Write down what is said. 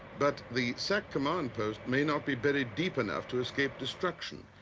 but the sac command post may not be buried deep enough to escape destruction.